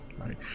right